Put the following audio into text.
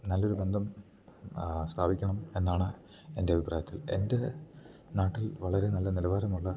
നല്ലൊരു ബന്ധം സ്ഥാപിക്കണം എന്നാണ് എൻറ്റഭിപ്രായത്തിൽ എൻറ്റെ നാട്ടിൽ വളരെ നല്ല നിലവാരമുള്ള